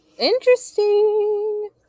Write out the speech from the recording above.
interesting